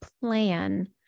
plan